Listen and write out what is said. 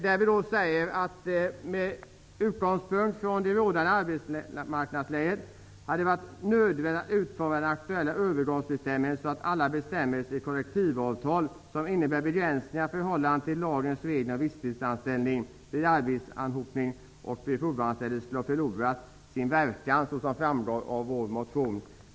Där säger vi att med utgångspunkt från det rådande arbetmarknadsläget hade det varit nödvändigt att utforma den aktuella övergånsgbestämmelsen så att alla bestämmelser i kollektivavtal som innebär begränsningar i förhållande till lagens regler om visstidsanställning vid arbetsanhopning och vid provanställning skulle ha förlorat sin verkan så som framgår av vår motion.